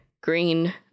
Green